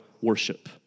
worship